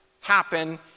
happen